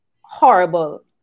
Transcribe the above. horrible